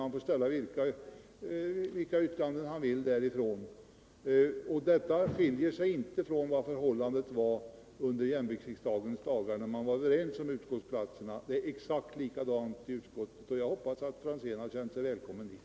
Han får säga vad han vill från väggen. Detta skiljer sig inte från förhållandena under Jämviktsriksdagens dagar, då man var överens om utskottsplatserna. Det är exakt likadant i utskottet nu, och jag hoppas att herr Franzén har känt sig välkommen dit.